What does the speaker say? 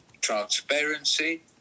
Transparency